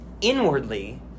inwardly